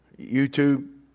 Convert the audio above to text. YouTube